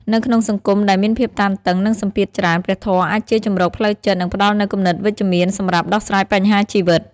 នៅក្នុងសង្គមដែលមានភាពតានតឹង និងសម្ពាធច្រើន ព្រះធម៌អាចជាជម្រកផ្លូវចិត្ត និងផ្តល់នូវគំនិតវិជ្ជមានសម្រាប់ដោះស្រាយបញ្ហាជីវិត។